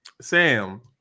Sam